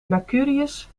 mercurius